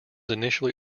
initially